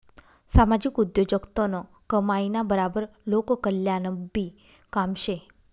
सामाजिक उद्योगजगतनं कमाईना बराबर लोककल्याणनंबी काम शे